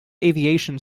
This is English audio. aviation